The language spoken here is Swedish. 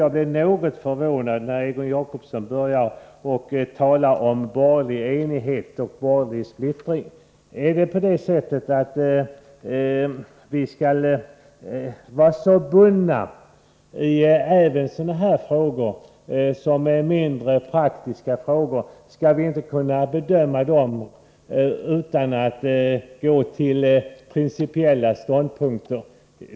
Jag blev något förvånad när Egon Jacobsson började tala om borgerlig enighet och borgerlig splittring. Skall vi verkligen vara helt bundna även i sådana här mindre praktiska frågor? Skall vi inte kunna bedöma dem utan att gå till principiella ståndpunkter?